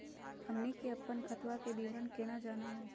हमनी के अपन खतवा के विवरण केना जानहु हो?